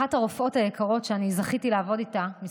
אחת הרופאות היקרות שזכיתי לעבוד איתה כמה